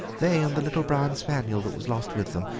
they and the little brown spaniel that was lost with them,